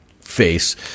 face